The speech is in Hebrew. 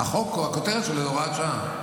הכותרת שלו היא הוראת שעה.